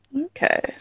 Okay